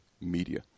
media